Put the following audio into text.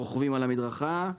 רוכבים על המדרכה,